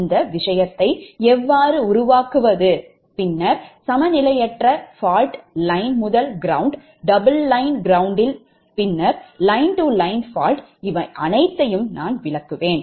இந்த விஷயத்தை எவ்வாறு உருவாக்குவது பின்னர் சமநிலையற்ற fault line முதல் ground double line ground யில் பின்னர் line - line fault இவை அனைத்தையும் நான் விளக்குகிறேன்